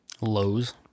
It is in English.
lows